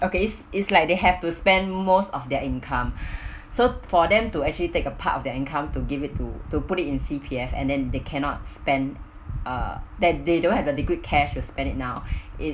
okay is it's like they have to spend most of their income so for them to actually take a part of their income to give it to to put it in C_P_F and then they cannot spend uh that they don't have a liquid cash to spend it now it's